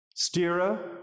Stira